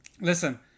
listen